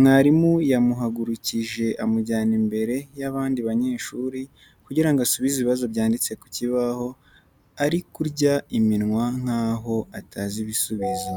mwarimu yamuhagurukije amujyana imbere y'abandi banyeshuri kugira ngo asubize ibibazo byanditse ku kibaho ariko ari kurya iminwa nk'aho atazi ibisubizo.